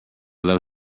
love